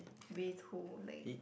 with who like